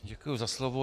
Děkuji za slovo.